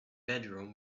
bedroom